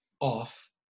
off